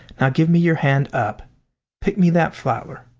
now give me your hand up pick me that flower.